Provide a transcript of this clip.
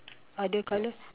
other colour